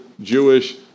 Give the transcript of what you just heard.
Jewish